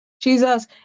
Jesus